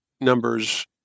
numbers